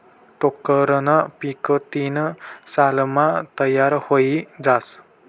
टोक्करनं पीक तीन सालमा तयार व्हयी जास